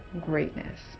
greatness